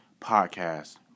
podcast